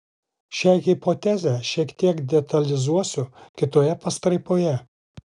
šią hipotezę šiek tiek detalizuosiu kitoje pastraipoje